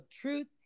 truth